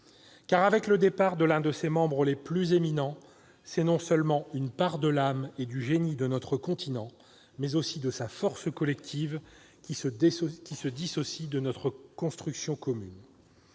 Avec le départ de l'un de ses membres les plus éminents, c'est une part de l'âme et du génie de notre continent, comme de sa force collective, qui se dissocie de notre édifice commun.